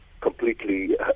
completely